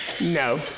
No